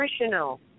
nutritional